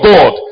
God